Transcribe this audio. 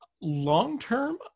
Long-term